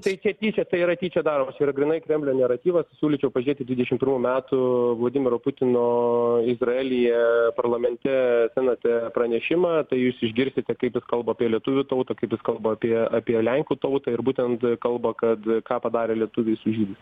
tai čia tyčia tai yra tyčia daro yra grynai kremlio naratyvas aš siūlyčiau pažiūrėti dvidešim pirmų metų vladimiro putino izraelyje parlamente senate pranešimą tai jūs išgirsite kai kalba apie lietuvių tautą kaip jis kalba apie apie lenkų tautą ir būtent kalba kad ką padarė lietuviai su žydais